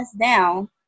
down